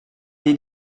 did